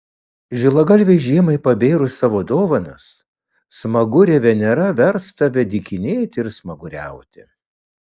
žilagalvei žiemai pabėrus savo dovanas smagurė venera vers tave dykinėti ir smaguriauti